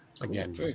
again